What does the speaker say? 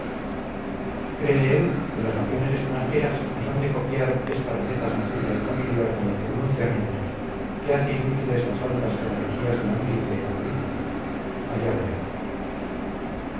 él que las naciones extranjeras nos han de copiar esta receta sencilla y familiar de los pronunciamientos que hace inútiles las altas jerarquías de la milicia y la política allá veremos